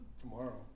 tomorrow